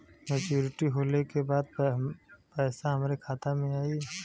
Maturity होले के बाद पैसा हमरे खाता में आई?